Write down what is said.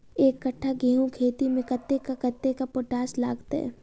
एक कट्ठा गेंहूँ खेती मे कतेक कतेक पोटाश लागतै?